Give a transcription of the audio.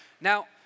Now